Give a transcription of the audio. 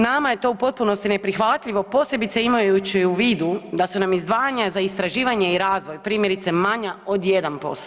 Nama je to u potpunosti neprihvatljivo, posebice imajući u vidu da su nam izdvajanja za istraživanje i razvoj primjerice manja od 1%